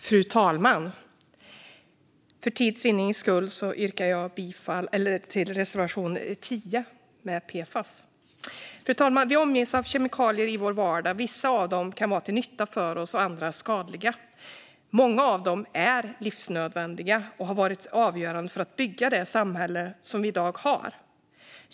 Fru talman! För tids vinning yrkar jag bifall endast till reservation 10 om PFAS. Vi omges av kemikalier i vår vardag. Vissa av dem kan vara till nytta för oss och andra skadliga. Många av dem är livsnödvändiga och har varit avgörande för att bygga det samhälle som vi i dag har.